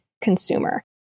consumer